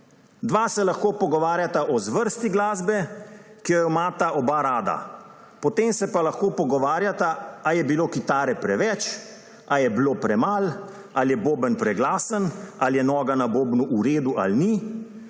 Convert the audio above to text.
Dva se lahko pogovarjata o zvrsti glasbe, ki jo imata oba rada, potem se pa lahko pogovarjata, ali je bilo kitare preveč ali je je bilo premalo, ali je boben preglasen, ali je noga na bobnu v redu ali ni.